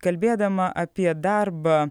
kalbėdama apie darbą